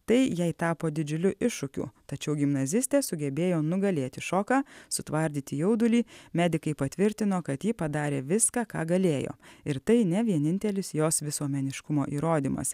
tai jai tapo didžiuliu iššūkiu tačiau gimnazistė sugebėjo nugalėti šoką sutvardyti jaudulį medikai patvirtino kad ji padarė viską ką galėjo ir tai ne vienintelis jos visuomeniškumo įrodymas